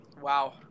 Wow